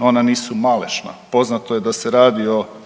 ona nisu malešna. Poznato je da se radi o